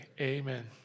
Amen